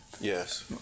yes